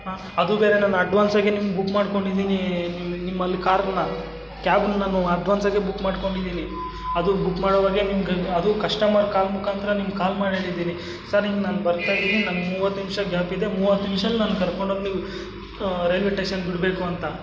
ಅದೂ ಬೇರೆ ನನ್ನ ಅಡ್ವಾನ್ಸ್ ಆಗಿ ನಿಮ್ಗೆ ಬುಕ್ ಮಾಡ್ಕೊಂಡಿದ್ದೀನಿ ನಿಮ್ಮ ನಿಮ್ಮಲ್ಲಿ ಕಾರನ್ನು ಕ್ಯಾಬನ್ನ ನಾನು ಅಡ್ವಾನ್ಸ್ ಆಗೆ ಬುಕ್ ಮಾಡ್ಕೊಂಡಿದ್ದೀನಿ ಅದೂ ಬುಕ್ ಮಾಡೋವಾಗೆ ನಿಮ್ಗದು ಅದೂ ಕಸ್ಟಮರ್ ಕಾಲ್ ಮುಖಾಂತರ ನಿಮ್ಗೆ ಕಾಲ್ ಮಾಡಿ ಹೇಳಿದ್ದೀನಿ ಸರ್ ಹಿಂಗೆ ನಾನು ಬರ್ತಾಯಿದ್ದೀನಿ ನನ್ಗೆ ಮೂವತ್ತು ನಿಮಿಷ ಗ್ಯಾಪ್ ಇದೆ ಮೂವತ್ತು ನಿಮ್ಷ್ದಲ್ಲಿ ನನ್ನ ಕರ್ಕೊಂಡೋಗಿ ನೀವು ರೈಲ್ವೇ ಟೇಷನ್ಗೆ ಬಿಡಬೇಕು ಅಂತ